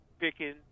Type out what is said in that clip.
picking